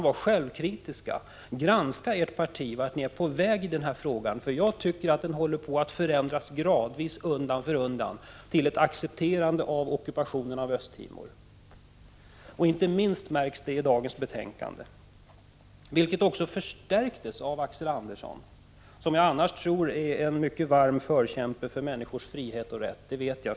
Var självkritisk! Granska ert parti och se vart det är på väg när det gäller denna fråga! Jag anser att regeringens inställning håller på att förändras undan för undan i riktning för ett accepterande av ockupationen av Östra Timor. Inte minst märks det i detta betänkande. Detta intryck förstärktes också av Axel Anderssons anförande. Han är annars en förkämpe för människors frihet och rätt — det vet jag.